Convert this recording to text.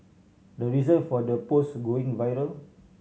the reason for the post going viral